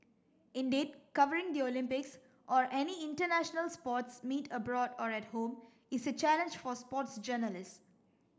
indeed covering the Olympics or any international sports meet abroad or at home is a challenge for sports journalist